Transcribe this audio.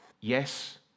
Yes